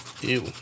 Ew